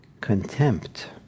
contempt